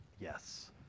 Yes